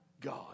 God